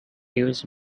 use